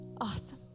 Awesome